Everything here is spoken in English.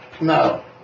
No